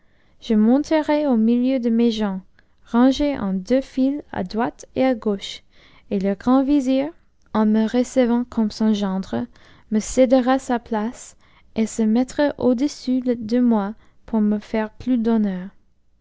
je monterai au milieu de mes gens rangés en deux files à droite et à gauche et le grand vizir en me recevant comme son gendre me cédera sa place et se mettra au-dessous de moi pour me faire plus d'honneur